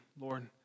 Lord